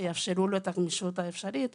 שיאפשרו לו את הגמישות האפשרית.